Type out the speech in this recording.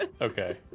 Okay